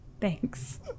Thanks